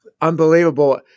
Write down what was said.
unbelievable